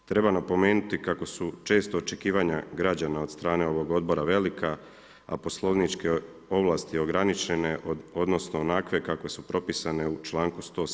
Treba napomenuti kako su često očekivanja građana od strane ovog odbora velika, a poslovničke ovlasti ograničene odnosno onakve kakve su propisane u članku 107.